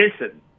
listen